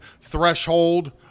threshold